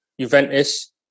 Juventus